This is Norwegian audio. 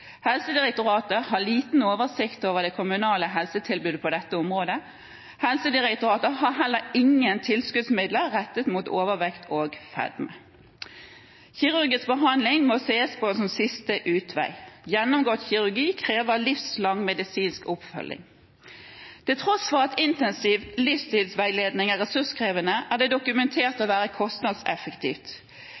Helsedirektoratet har liten oversikt over det kommunale helsetilbudet på dette området. Helsedirektoratet har heller ingen tilskuddsmidler rettet mot overvekt og fedme. Kirurgisk behandling må ses på som siste utvei. Gjennomgått kirurgi krever livslang medisinsk oppfølging. Til tross for at intensiv livsstilsveiledning er ressurskrevende, er det dokumentert å være kostnadseffektivt.